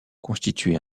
constituait